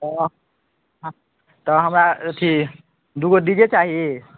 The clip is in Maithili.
तऽ तऽ हमरा अथी दुइ गो डी जे चाही